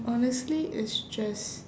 honestly it's just